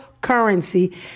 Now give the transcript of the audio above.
currency